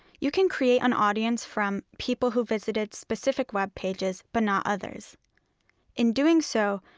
you can create an audience from people who visited specific web pages but not others in doing so,